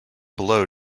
below